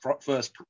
first